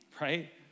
right